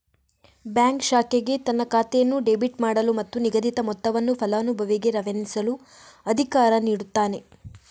bank ಶಾಖೆಗೆ ತನ್ನ ಖಾತೆಯನ್ನು ಡೆಬಿಟ್ ಮಾಡಲು ಮತ್ತು ನಿಗದಿತ ಮೊತ್ತವನ್ನು ಫಲಾನುಭವಿಗೆ ರವಾನಿಸಲು ಅಧಿಕಾರ ನೀಡುತ್ತಾನೆ